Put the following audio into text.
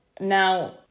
Now